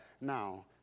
now